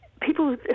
people